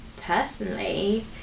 personally